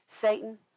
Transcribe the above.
Satan